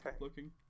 looking